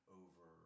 over